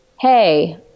hey –